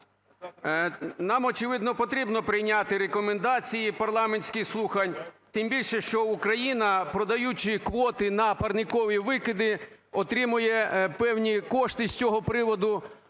нам, очевидно, потрібно прийняти Рекомендації парламентських слухань, тим більше, що Україна, продаючи квоти на парникові викиди, отримує певні кошти з цього приводу.